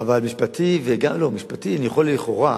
אבל משפטי, לא, משפטי אני יכול, לכאורה,